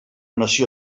nació